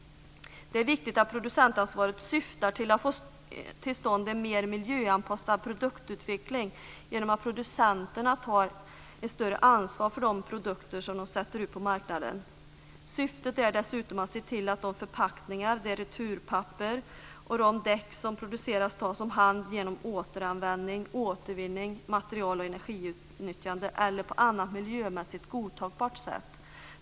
Det är viktigt att producentansvaret syftar till att få till stånd en mer miljöanpassad produktutveckling genom att producenterna tar ett större ansvar för de produkter som de sätter ut på marknaden. Syftet är dessutom att se till att de förpackningar, det returpapper och de däck som produceras tas om hand genom återanvändning, återvinning eller material och energiutnyttjande eller på annat miljömässigt godtagbart sätt.